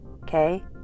Okay